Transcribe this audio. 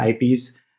IPs